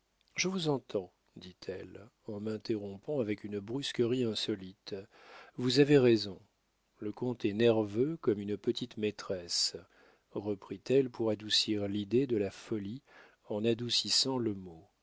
je vous entends dit-elle en m'interrompant avec une brusquerie insolite vous avez raison le comte est nerveux comme une petite maîtresse reprit-elle pour adoucir l'idée de la folie en adoucissant le mot